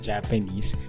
Japanese